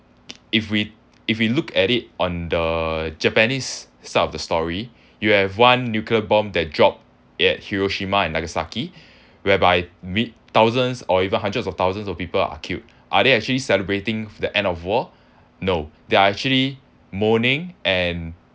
if we if we look at it on the japanese side of the story you have one nuclear bomb that dropped at hiroshima and nagasaki whereby mil~ thousands or even hundreds of thousands of people are killed are they actually celebrating the end of war no there are actually mourning and